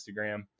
instagram